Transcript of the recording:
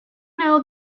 know